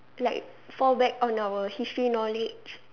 like fall back on our history knowledge